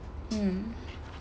mm